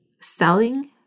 selling